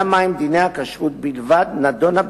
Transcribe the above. אני גם מודה שבחודש יוני יגיעו